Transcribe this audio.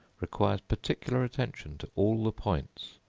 requires particular attention to all the points.